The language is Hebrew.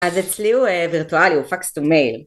אז אצלי הוא וירטואלי, הוא פקס-טו-מייל.